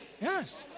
Yes